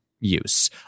use